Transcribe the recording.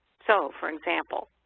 so for example,